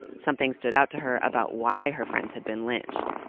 something stood out to her about why her friends had been lynched,